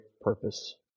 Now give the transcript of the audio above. purpose